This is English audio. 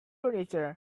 furniture